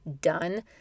done